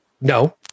no